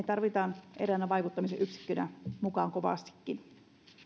tarvitaan eräänä vaikuttamisen yksikkönä mukaan kovastikin